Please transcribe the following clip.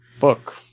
book